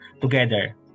together